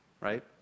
right